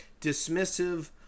dismissive